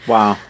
Wow